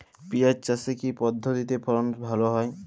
পিঁয়াজ চাষে কি পদ্ধতিতে ফলন ভালো হয়?